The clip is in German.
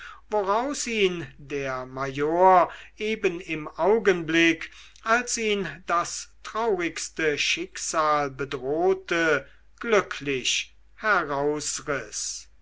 woraus ihn der major eben im augenblick als ihn das traurigste schicksal bedrohte glücklich herausriß